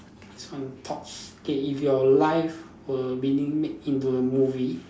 this one thoughts okay if your life were being made into a movie